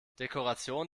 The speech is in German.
dekoration